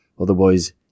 Otherwise